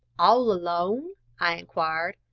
all alone? i inquired.